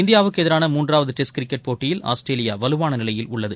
இந்தியாவுக்கு எதிரான மூன்றாவது டெஸ்ட் கிரிக்கெட் போட்டியில் ஆஸ்திரேலியா வலுவான நிலையில் உள்ளது